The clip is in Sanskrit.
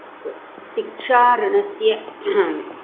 अस्तु शिक्षा ऋणस्य